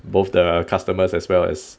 both the customers as well as